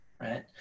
right